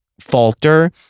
falter